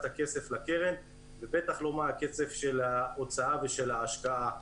הכסף לקרן ובטח לא מה הכסף של ההוצאה ושל ההשקעה.